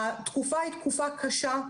התקופה היא תקופה קשה,